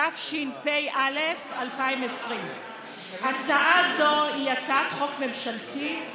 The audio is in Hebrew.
התשפ"א 2020. הצעה זו היא הצעת חוק ממשלתית,